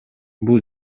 бул